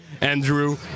Andrew